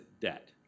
debt